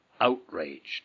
outraged